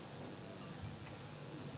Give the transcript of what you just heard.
חבר הכנסת אילן גילאון.